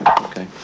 Okay